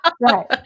right